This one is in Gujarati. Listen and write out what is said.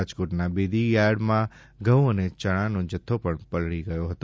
રાજકોટના બેડી યાર્ડમાં ઘઉ અને ચણાનો જથ્થો પલળી ગયો હતો